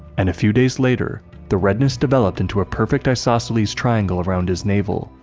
and a few days later, the redness developed into a perfect isosceles triangle around his navel,